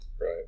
Right